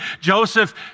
Joseph